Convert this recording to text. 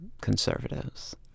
conservatives